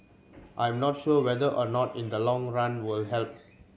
I'm not sure whether or not in the long run will help